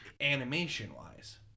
animation-wise